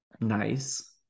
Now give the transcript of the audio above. nice